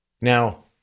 Now